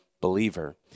believer